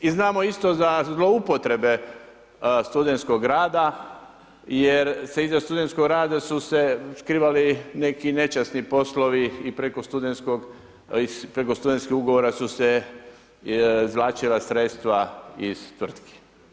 I znamo isto za zloupotrebe studentskog rada jer se iza studentskog rada su se skrivali neki nečasni poslovi i preko studentskih ugovora su se izvlačila sredstva iz tvrtki.